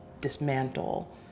dismantle